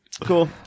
Cool